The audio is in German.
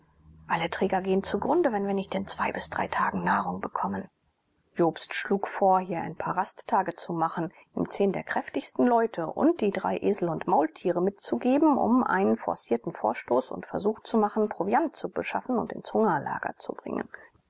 alle träger gehen zugrunde wenn wir nicht in zwei bis drei tagen nahrung bekommen jobst schlug vor hier ein paar rasttage zu machen ihm zehn der kräftigsten leute und die drei esel und maultiere mitzugeben um einen forcierten vorstoß und versuch zu machen proviant zu beschaffen und ins hungerlager zu bringen